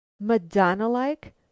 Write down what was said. madonna-like